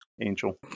angel